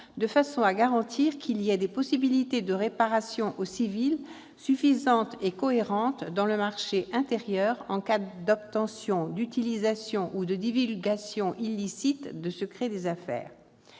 de façon à garantir qu'il y ait des possibilités de réparation au civil suffisantes et cohérentes dans le marché intérieur en cas d'obtention, d'utilisation ou de divulgation illicite d'un secret d'affaires